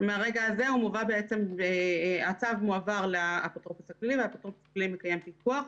מרגע זה הצו מועבר לאפוטרופוס הכללי והאפוטרופוס הכללי מקיים פיקוח.